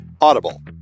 audible